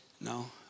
No